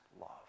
love